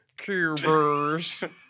cubers